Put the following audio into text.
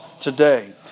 today